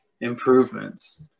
improvements